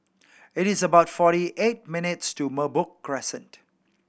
it is about forty eight minutes' to Merbok Crescent